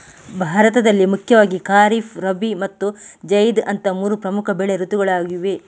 ಭಾರತದಲ್ಲಿ ಮುಖ್ಯವಾಗಿ ಖಾರಿಫ್, ರಬಿ ಮತ್ತು ಜೈದ್ ಅಂತ ಮೂರು ಪ್ರಮುಖ ಬೆಳೆ ಋತುಗಳಿವೆ